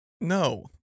No